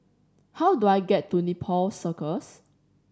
how do I get to Nepal Circus